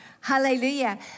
Hallelujah